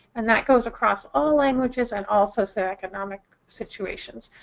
and that goes across all languages and all socioeconomic situations.